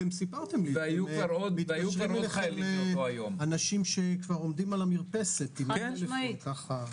מכורי סמים, ילדים עם הפרעות אכילה, נפגעי כתות,